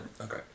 Okay